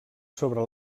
sobre